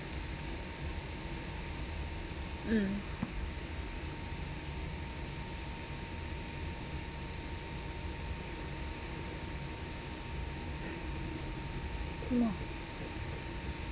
mm